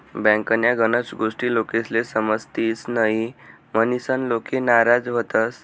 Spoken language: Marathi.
बँकन्या गनच गोष्टी लोकेस्ले समजतीस न्हयी, म्हनीसन लोके नाराज व्हतंस